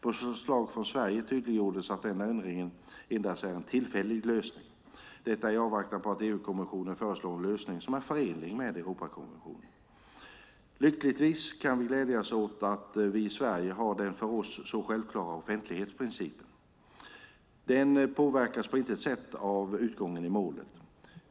På förslag från Sverige tydliggjordes att den ändringen enbart är en tillfällig lösning - detta i avvaktan på att EU-kommissionen föreslår en lösning som är förenlig med Europakonventionen. Lyckligtvis kan vi glädjas åt att vi i Sverige har den för oss så självklara offentlighetsprincipen. Den påverkas på intet sätt av utgången i målet.